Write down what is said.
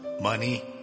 Money